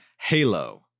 halo